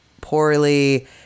poorly